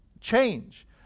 change